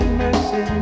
mercy